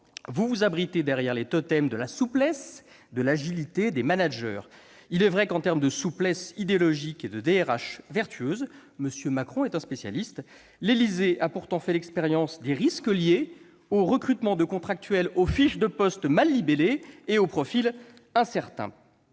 Vous vous abritez derrière les totems de la souplesse, de l'agilité, des managers. Il est vrai qu'en termes de souplesse idéologique et de gestion des ressources humaines vertueuse M. Macron est un spécialiste. L'Élysée a pourtant fait l'expérience des risques liés au recrutement de contractuels aux fiches de poste mal libellées et au profil incertain